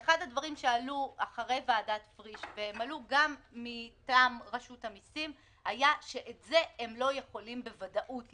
גדר שיקול הדעת גם של רשות המיסים וגם של הוועדה הזאת.